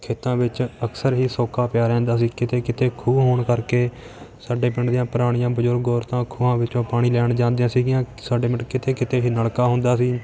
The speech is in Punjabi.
ਖੇਤਾਂ ਵਿੱਚ ਅਕਸਰ ਹੀ ਸੋਕਾ ਪਿਆ ਰਹਿੰਦਾ ਸੀ ਕਿਤੇ ਕਿਤੇ ਖੂਹ ਹੋਣ ਕਰਕੇ ਸਾਡੇ ਪਿੰਡ ਦੀਆਂ ਪੁਰਾਣੀਆਂ ਬਜ਼ੁਰਗ ਔਰਤਾਂ ਖੂਹਾਂ ਵਿੱਚੋਂ ਪਾਣੀ ਲੈਣ ਜਾਂਦੀਆਂ ਸੀਗੀਆਂ ਸਾਡੇ ਪਿੰਡ ਕਿਤੇ ਕਿਤੇ ਹੀ ਨਲਕਾ ਹੁੰਦਾ ਸੀ